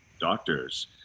doctors